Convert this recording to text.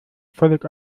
völlig